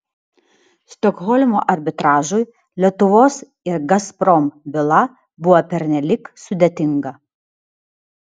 stokholmo arbitražui lietuvos ir gazprom byla buvo pernelyg sudėtinga